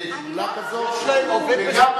הם שדולה בכנסת כמו ארץ-ישראל,